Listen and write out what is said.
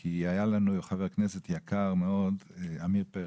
כי היה לנו חבר כנסת יקר מאוד, עמיר פרץ,